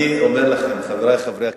אני אומר לכם, חברי חברי הכנסת,